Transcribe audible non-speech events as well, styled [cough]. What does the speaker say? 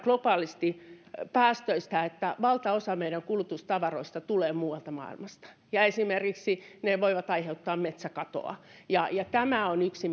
globaalisti päästöistä että valtaosa meidän kulutustavaroistamme tulee muualta maailmasta ja ne voivat esimerkiksi aiheuttaa metsäkatoa tämä on yksi [unintelligible]